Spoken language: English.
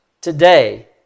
Today